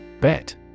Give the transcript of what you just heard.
Bet